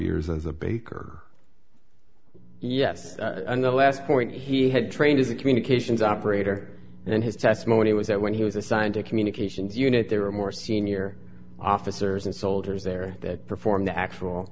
years as a baker yes and the last point he had trained as a communications operator and his testimony was that when he was assigned to a communications unit there were more senior officers and soldiers there that perform the actual